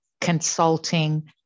consulting